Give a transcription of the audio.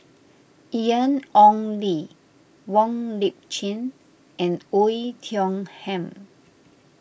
Ian Ong Li Wong Lip Chin and Oei Tiong Ham